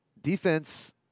Defense